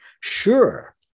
sure